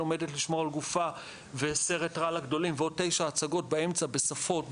לומדת לשמור על גופה" וסרט --- לגדולים ועוד תשע הצגות באמצע בשפות,